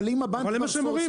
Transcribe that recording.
אבל זה מה שהם אומרים,